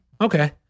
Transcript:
okay